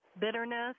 bitterness